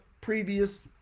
previous